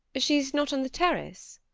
she's not on the terrace?